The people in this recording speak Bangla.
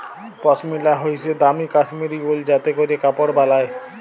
পশমিলা হইসে দামি কাশ্মীরি উল যাতে ক্যরে কাপড় বালায়